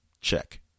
Check